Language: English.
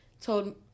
told